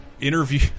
interview